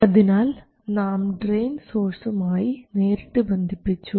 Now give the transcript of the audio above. അതിനാൽ നാം ഡ്രയിൻ സോഴ്സും ആയി നേരിട്ട് ബന്ധിപ്പിച്ചു